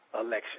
election